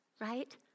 right